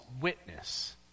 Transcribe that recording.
witness